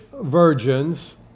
virgins